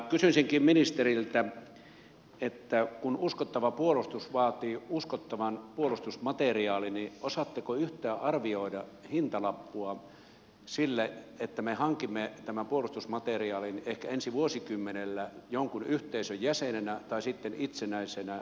kysyisinkin ministeriltä että kun uskottava puolustus vaatii uskottavan puolustusmateriaalin niin osaatteko yhtään arvioida hintalappua sille että me hankimme tämän puolustusmateriaalin ehkä ensi vuosikymmenellä jonkun yhteisön jäsenenä tai sitten itsenäisenä valtiona